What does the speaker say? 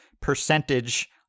percentage